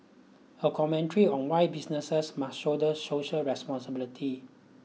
a commentary on why businesses must shoulder social responsibility